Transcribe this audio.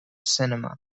cinema